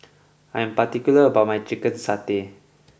I am particular about my Chicken Satay